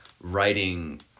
writing